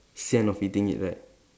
sian of eating it right